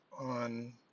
on